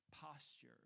posture